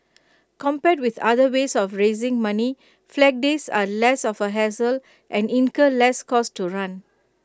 compared with other ways of raising money Flag Days are less of A hassle and incur less cost to run